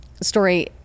story